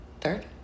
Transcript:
Third